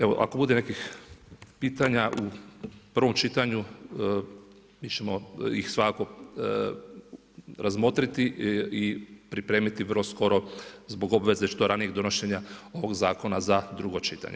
Evo, ako bude nekih pitanja u prvom čitanju, mi ćemo ih svakako razmotriti i pripremiti vrlo skoro zbog obveze što ranijeg donošenja ovog Zakona za drugo čitanje.